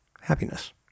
happiness